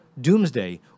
doomsday